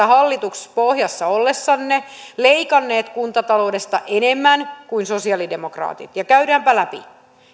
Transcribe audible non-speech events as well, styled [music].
[unintelligible] hallituspohjassa ollessanne leikanneet kuntataloudesta enemmän kuin sosialidemokraatit ja käydäänpä läpi